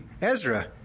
Ezra